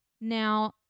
Now